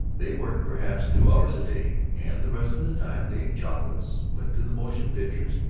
they worked perhaps two hours a day, and the rest of the time they ate chocolates went to the motion-pictures,